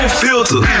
filter